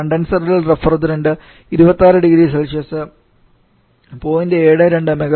condenser ൽ refrigerant 26 0C 0